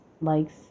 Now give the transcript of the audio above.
likes